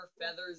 feathers